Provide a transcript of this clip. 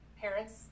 parents